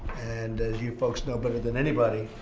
and as you folks know better than anybody,